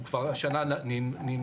אנחנו כבר השנה נימצא,